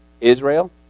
Israel